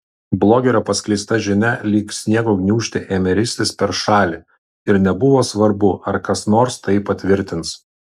blogerio paskleista žinia lyg sniego gniūžtė ėmė ristis per šalį ir nebuvo svarbu ar kas nors tai patvirtins